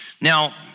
Now